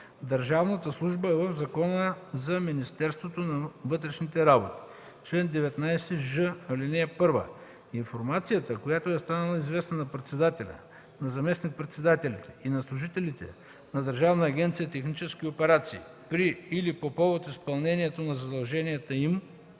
държавната служба в Закона за Министерството на вътрешните работи. Чл. 19ж. (1) Информацията, която е станала известна на председателя, на заместник-председателите и на служителите на Държавна агенция „Технически операции” при или по повод изпълнението на задълженията им